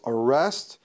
Arrest